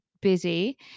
busy